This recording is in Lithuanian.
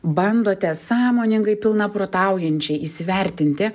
bandote sąmoningai pilna protaujančiai įsivertinti